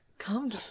come